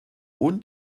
und